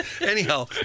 anyhow